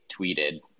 tweeted